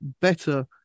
better